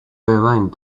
rewind